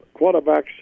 quarterbacks